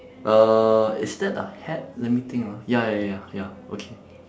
uh is that a hat let me think ah ya ya ya ya ya okay